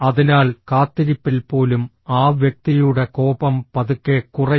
അതിനാൽ കാത്തിരിപ്പിൽ പോലും ആ വ്യക്തിയുടെ കോപം പതുക്കെ കുറയും